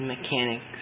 mechanics